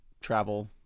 travel